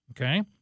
okay